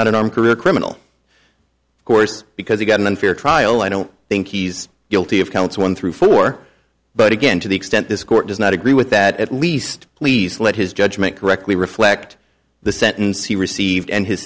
not an armed career criminal of course because he got an unfair trial i don't think he's guilty of counts one through four but again to the extent this court does not agree with that at least please let his judgment correctly reflect the sentence he received and his